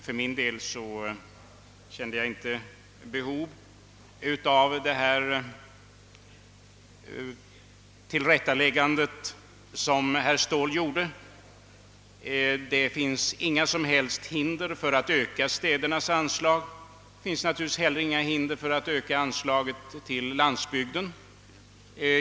För min del kände jag inte behov av det tillrättaläggande som herr Ståhl gjorde. Det finns inget som helst hinder för att öka städernas anslag, liksom in te heller anslaget till landsbygden.